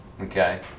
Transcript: okay